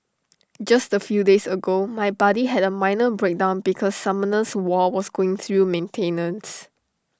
just A few days ago my buddy had A minor breakdown because Summoners war was going through maintenance